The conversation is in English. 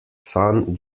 son